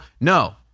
No